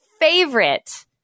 favorite